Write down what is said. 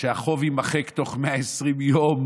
שהחוב יימחק בתוך 120 יום,